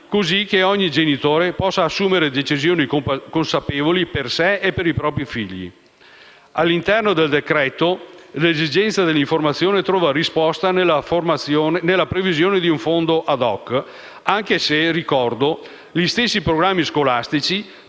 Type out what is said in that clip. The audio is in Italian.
così che ogni genitore possa assumere decisioni consapevoli per sé e per i propri figli. All'interno del decreto-legge l'esigenza dell'informazione trova risposta nella previsione di un fondo *ad hoc*, anche se ricordo che gli stessi programmi scolastici